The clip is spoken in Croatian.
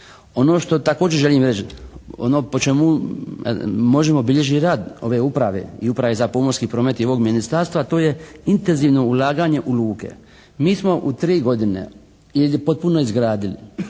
Ono što također želim reći, ono po čemu možemo bilježiti rad ove uprave i uprave za pomorski promet i ovog Ministarstva to je intenzivno ulaganje u luke. Mi smo u tri godine ili potpuno izgradili